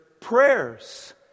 prayers